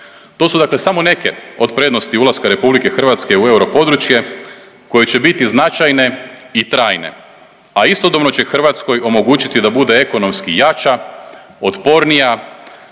To su dakle samo neke od prednosti ulaska RH u europodručje koje će biti značajne i trajne, a istodobno će Hrvatskoj omogućiti da bude ekonomski jača, otpornija,